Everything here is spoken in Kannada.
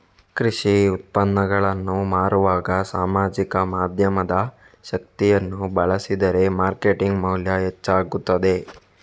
ಕೃಷಿ ಉತ್ಪನ್ನಗಳನ್ನು ಮಾರುವಾಗ ಸಾಮಾಜಿಕ ಮಾಧ್ಯಮದ ಶಕ್ತಿಯನ್ನು ಬಳಸಿದರೆ ಮಾರ್ಕೆಟಿಂಗ್ ಮೌಲ್ಯ ಹೆಚ್ಚಾಗುತ್ತದೆ